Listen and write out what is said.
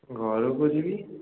ଘରକୁ ଯିବି